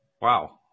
Wow